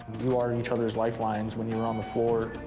you are each other's life lines when you're on the floor.